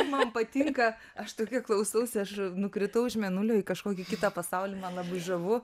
man patinka aš tokia klausausi aš nukritau iš mėnulio į kažkokį kitą pasaulį man labai žavu